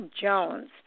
Jones